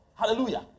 Hallelujah